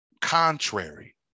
contrary